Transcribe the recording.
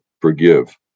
forgive